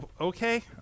Okay